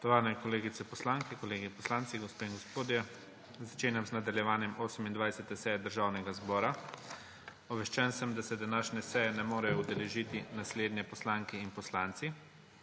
Spoštovani kolegice poslanke, kolegi poslanci, gospe in gospodje! Začenjam nadaljevanje 28. seje Državnega zbora. Obveščen sem, da se današnje seje ne morejo udeležiti naslednje poslanke in poslanci: